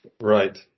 Right